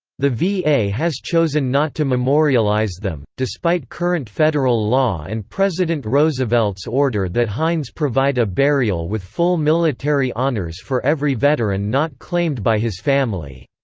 the va has chosen not to memorialize them, despite current federal law and president roosevelt's order that hines provide a burial with full military honors for every veteran not claimed by his family.